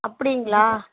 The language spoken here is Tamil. அப்படிங்களா